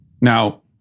Now